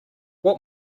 what